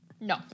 no